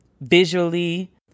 visually